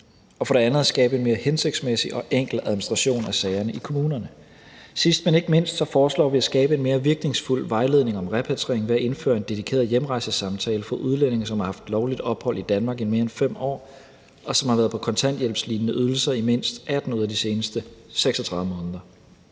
er formålet at skabe en mere hensigtsmæssig og enkel administration af sagerne i kommunerne. Sidst, men ikke mindst, foreslår vi at skabe en mere virkningsfuld vejledning om repatriering ved at indføre en dedikeret hjemrejsesamtale for udlændinge, som har haft lovligt ophold i Danmark i mere end 5 år, og som har været på kontanthjælpslignende ydelser i mindst 18 ud af de seneste 36 måneder.